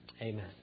Amen